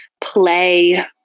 play